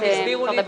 הן הסבירו לי,